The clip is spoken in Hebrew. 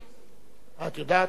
את יודעת,